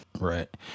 Right